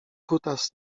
kutas